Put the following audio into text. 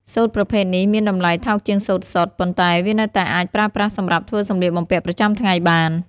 សូត្រប្រភេទនេះមានតម្លៃថោកជាងសូត្រសុទ្ធ ប៉ុន្តែវានៅតែអាចប្រើប្រាស់សម្រាប់ធ្វើសំលៀកបំពាក់ប្រចាំថ្ងៃបាន។